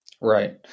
Right